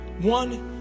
One